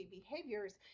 behaviors